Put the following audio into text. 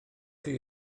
chi